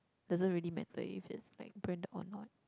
doesn't really matter if it's like branded or not